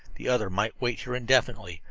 the other might wait here indefinitely,